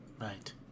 Right